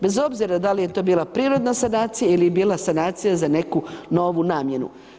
Bez obzira da li je to bila prirodna sanacija ili je bila sanacija za neku novu namjenu.